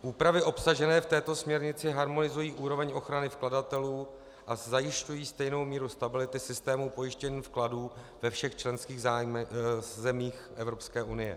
Úpravy obsažené v této směrnici harmonizují úroveň ochrany vkladatelů a zajišťují stejnou míru stability systému pojištění vkladů ve všech členských zemích Evropské unie.